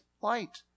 light